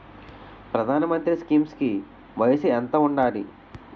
ప్రధాన మంత్రి స్కీమ్స్ కి వయసు ఎంత ఉండాలి?